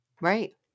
Right